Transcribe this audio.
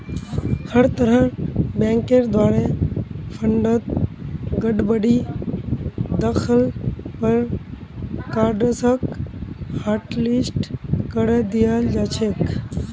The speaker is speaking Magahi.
हर तरहर बैंकेर द्वारे फंडत गडबडी दख ल पर कार्डसक हाटलिस्ट करे दियाल जा छेक